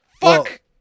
Fuck